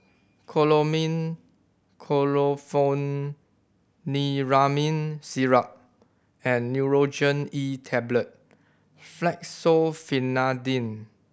Chlormine Chlorpheniramine Syrup and Nurogen E Tablet Fexofenadine